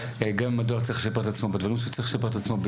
גם אם הדואר צריך לשפר את עצמו בדברים שהוא צריך לשפר את עצמו,